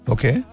Okay